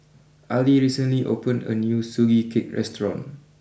Ali recently opened a new Sugee Cake restaurant